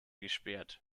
gesperrt